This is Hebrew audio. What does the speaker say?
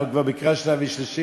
אנחנו כבר בקריאה שנייה ושלישית.